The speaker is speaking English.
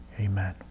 Amen